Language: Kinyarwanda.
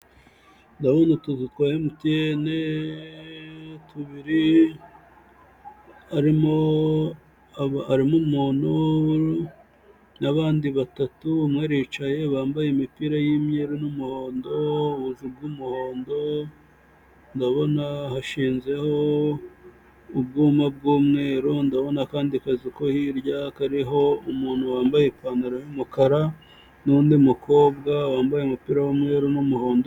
Ndabona utuzu twa MTN tubiri, harimo umuntu n'abandi batatu, umwe aricaye bambaye imipira y'imyeru n'umuhondo, ubuzu bw'umuhondo, ndabona hashinzeho ubwuma bw'umweru, ndabona akandi kazu ko hirya kariho umuntu wambaye ipantaro y'umukara n'undi mukobwa wambaye umupira w'umweru n'umuhondo.